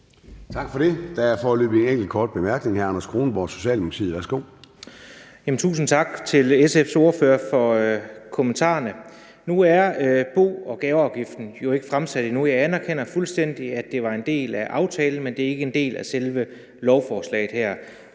for det. Der er foreløbig en enkelt kort bemærkning fra hr. Anders Kronborg, Socialdemokratiet. Værsgo. Kl. 16:25 Anders Kronborg (S): Tusind tak til SF's ordfører for kommentarerne. Nu er det om bo- og gaveafgiften jo ikke fremsat endnu. Jeg anerkender fuldstændig, at det var en del af aftalen, men det er ikke en del af selve lovforslaget her.